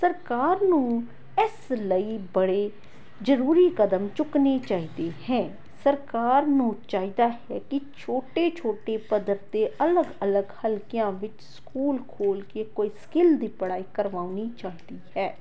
ਸਰਕਾਰ ਨੂੰ ਇਸ ਲਈ ਬੜੇ ਜ਼ਰੂਰੀ ਕਦਮ ਚੁੱਕਣੇ ਚਾਹੀਦੇ ਹੈ ਸਰਕਾਰ ਨੂੰ ਚਾਹੀਦਾ ਹੈ ਕਿ ਛੋਟੇ ਛੋਟੇ ਪੱਧਰ ਦੇ ਅਲੱਗ ਅਲੱਗ ਹਲਕਿਆਂ ਵਿੱਚ ਸਕੂਲ ਖੋਲ੍ਹ ਕੇ ਕੋਈ ਸਕਿਲ ਦੀ ਪੜ੍ਹਾਈ ਕਰਵਾਉਣੀ ਚਾਹੀਦੀ ਹੈ